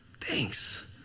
thanks